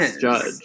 judge